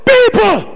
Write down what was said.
People